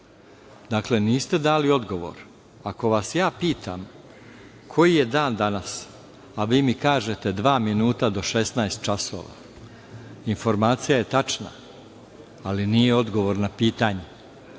niste dali odgovor. Ako vas ja pitam koji je dan danas, a vi mi kažete dva minuta do 16 časova, informacija je tačna ali nije odgovor na pitanje,